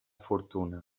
fortuna